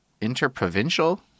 interprovincial